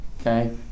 okay